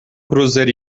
cruzeiro